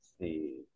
see